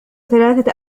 ثلاثة